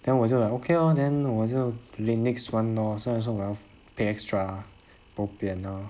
then 我就 like okay lor then 我就 take next [one] lor so and so 我要 pay extra bo pian lor